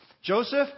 Joseph